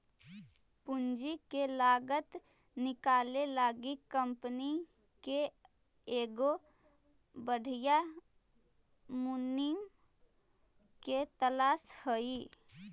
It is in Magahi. पूंजी के लागत निकाले लागी कंपनी के एगो बधियाँ मुनीम के तलास हई